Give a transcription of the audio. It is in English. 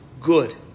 good